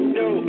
no